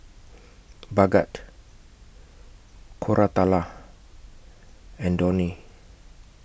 Bhagat Koratala and Dhoni